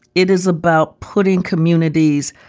it is about putting communities,